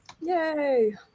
Yay